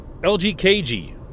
LGKG